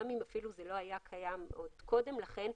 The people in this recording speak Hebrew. גם אם זה לא היה קיים קודם לכן,